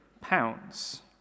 pounds